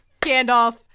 Gandalf